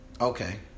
okay